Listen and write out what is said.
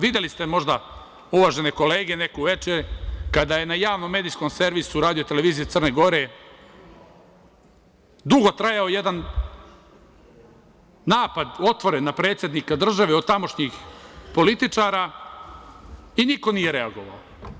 Videli ste možda, uvažene kolege, pre neko veče kada je na javnom medijskom servisu RTCG dugo trajao jedan otvoren napad na predsednika države od tamošnjih političara i niko nije reagovao.